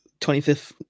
25th